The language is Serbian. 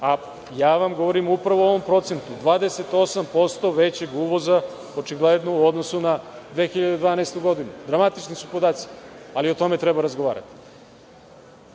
Govorim vam upravo o ovom procentu, 28% većeg uvoza očigledno u odnosu na 2012. godinu. Dramatični su podaci, ali o tome treba razgovarati. Još